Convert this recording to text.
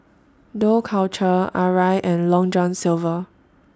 Dough Culture Arai and Long John Silver